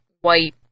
white